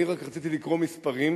אני רק רציתי לקרוא מספרים,